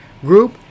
group